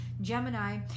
Gemini